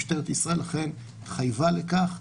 משטרת ישראל אכן התחייבה לכך,